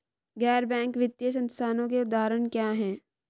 गैर बैंक वित्तीय संस्थानों के उदाहरण क्या हैं?